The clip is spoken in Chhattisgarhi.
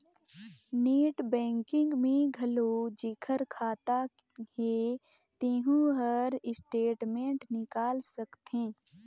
नेट बैंकिग में घलो जेखर खाता हे तेहू हर स्टेटमेंट निकाल सकथे